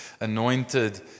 anointed